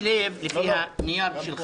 ועדת החוץ והביטחון תמנה 17 חברים: